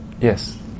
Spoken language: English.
yes